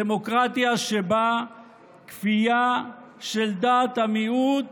דמוקרטיה שבה כפייה של דעת המיעוט